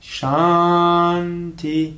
Shanti